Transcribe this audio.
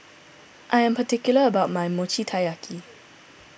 I am particular about my Mochi Taiyaki